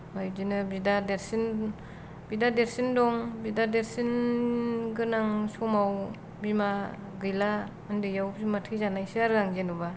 ओमफाय बिदिनो बिदा देरसिन बिदा देरसिन दं बिदा देरसिन गोनां समाव बिमा गैला उन्दैयाव बिमा थैजानायसो आरो आं जेन'बा